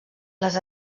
les